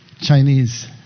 Chinese